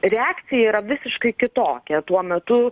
reakcija yra visiškai kitokia tuo metu